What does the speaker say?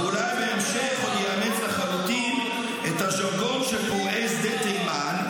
ואולי בהמשך עוד ייאמץ לחלוטין את הז'רגון של פורעי שדה תימן,